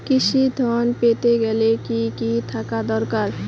কৃষিঋণ পেতে গেলে কি কি থাকা দরকার?